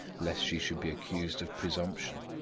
lest she should be accused of presumption.